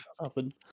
happen